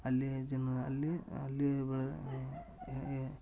ಅಲ್ಲಿಯ ಜನ ಅಲ್ಲಿ ಅಲ್ಲಿ ಬ ಎ ಎ